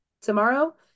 Tomorrow